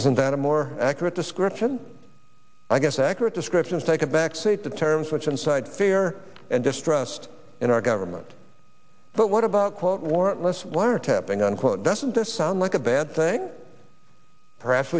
isn't that a more accurate description i guess accurate descriptions take a backseat to terms which inside fear and distrust in our government but what about quote warrantless wiretapping unquote doesn't this sound like a bad thing perhaps